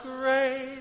great